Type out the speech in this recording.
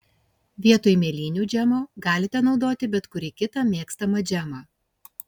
vietoj mėlynių džemo galite naudoti bet kurį kitą mėgstamą džemą